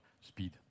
speed